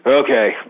okay